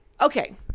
Okay